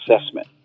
assessment